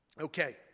okay